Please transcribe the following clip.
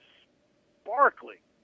sparkly